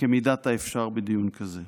כמידת האפשר בדיון כזה.